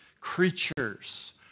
creatures